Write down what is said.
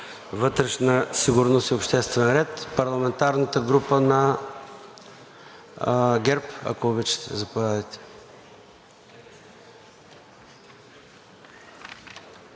вътрешна сигурност и обществен ред. Парламентарната група на ГЕРБ, ако обичате. Заповядайте.